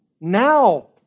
Now